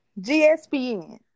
GSPN